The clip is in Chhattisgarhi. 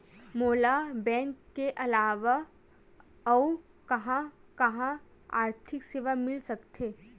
मोला बैंक के अलावा आऊ कहां कहा आर्थिक सेवा मिल सकथे?